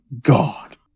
god